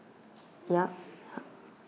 ya